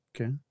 okay